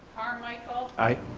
carmichael. i.